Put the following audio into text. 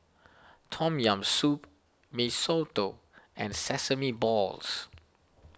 Tom Yam Soup Mee Soto and Sesame Balls